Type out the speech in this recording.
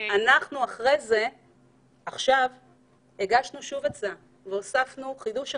אנחנו הגשנו עכשיו שוב הצעה והוספנו חידוש אחד,